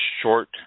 short